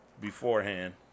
beforehand